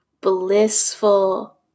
blissful